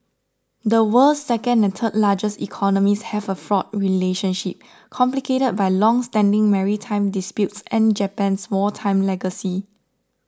the world's second and third largest economies have a fraught relationship complicated by longstanding maritime disputes and Japan's wartime legacy